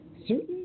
certain